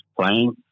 playing